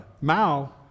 Mao